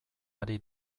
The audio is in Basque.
ari